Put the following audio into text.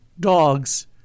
Dogs